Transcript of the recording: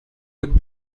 with